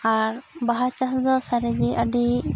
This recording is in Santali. ᱟᱨ ᱵᱟᱦᱟ ᱪᱟᱥ ᱫᱚ ᱥᱟᱹᱨᱤᱜᱮ ᱟᱹᱰᱤ